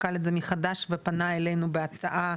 בחן את זה מחדש ופנה אלינו בהצעה,